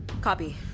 Copy